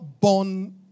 born